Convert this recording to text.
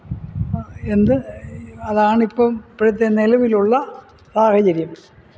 എന്ത് അതാണിപ്പം ഇപ്പോഴത്തെ നിലവിലുള്ള സാഹചര്യം